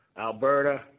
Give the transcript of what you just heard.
Alberta